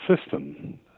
system